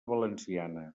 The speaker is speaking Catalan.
valenciana